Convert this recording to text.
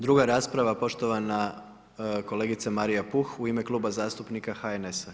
Druga rasprava poštovana kolegica Marija Puh u ime Kluba zastupnika HNS-a.